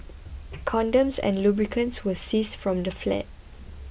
condoms and lubricants were seized from the flat